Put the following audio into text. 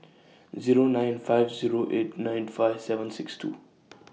Zero nine five Zero eight nine five seven six two